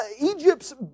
Egypt's